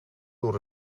door